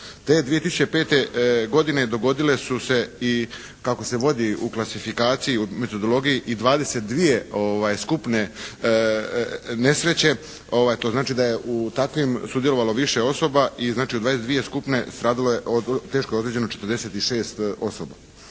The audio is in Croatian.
Te 2005. godine dogodile su se i kako se vodi u klasifikaciji i u metodologiji i 22 skupne nesreće. To znači da je u takvim sudjelovalo više osoba i znači u 22 skupine stradalo je, teško je ozlijeđeno 46 osoba.